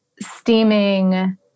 steaming